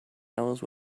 alice